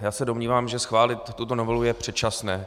Já se domnívám, že schválit tuto novelu je předčasné.